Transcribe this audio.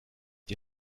die